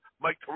Mike